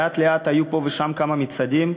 לאט-לאט היו פה ושם כמה מצעדים,